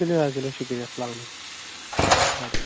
تُلِو حظ تُلِو شُکریہ السلامُ علیکُم